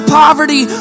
poverty